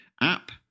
app